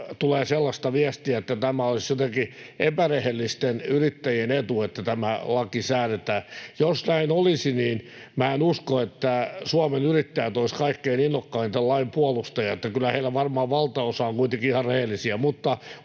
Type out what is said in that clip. tulee sellaista viestiä, että tämä olisi jotenkin epärehellisten yrittäjien etu, että tämä laki säädetään. Jos näin olisi, niin minä en usko, että Suomen Yrittäjät olisi kaikkein innokkain tämän lain puolustaja. Kyllä heillä varmaan ylivoimainen valtaosa on kuitenkin ihan rehellisiä.